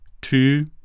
two